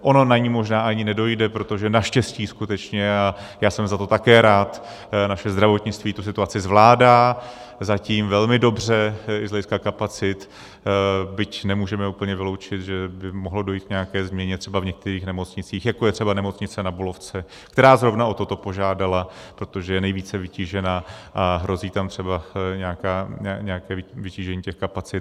Ono na ni možná ani nedojde, protože naštěstí skutečně, a já jsem za to také rád, naše zdravotnictví tu situaci zvládá zatím velmi dobře i z hlediska kapacity, byť nemůžeme úplně vyloučit, že by mohlo dojít k nějaké změně třeba v některých nemocnicích, jako je třeba nemocnice Na Bulovce, která zrovna o toto požádala, protože je nejvíce vytížená a hrozí tam třeba nějaké vytížení těch kapacit.